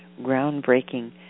groundbreaking